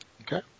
Okay